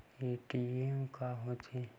ATM का होथे?